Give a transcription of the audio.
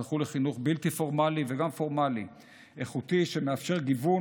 זכו לחינוך בלתי פורמלי וגם פורמלי איכותי שמאפשר גיוון